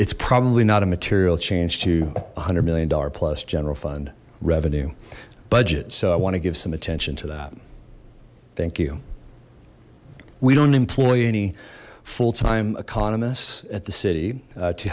it's probably not a material change to one hundred million dollar plus general fund revenue budget so i want to give some attention to that thank you we don't employ any full time economist at the city